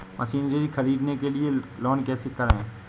Machinery ख़रीदने के लिए लोन कैसे करें?